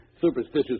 superstitious